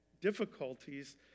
difficulties